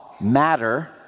matter